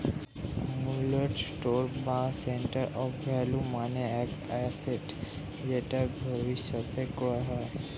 মূল্যের স্টোর বা store of value মানে এক অ্যাসেট যেটা ভবিষ্যতে ক্রয় হয়